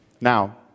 Now